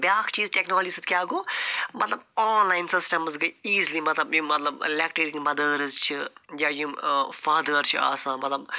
بیٛاکھ چیٖز ٹٮ۪کنالجی سۭتۍ کیٛاہ گوٚو مطلب آن لایِن سِسٹَمٕز گٔے ایٖزلی مطلب یِم مطلب لٮ۪کٹیٹِنٛگ مدٲرٕز چھِ یا یِم فادٲرٕس چھِ آسان مطلب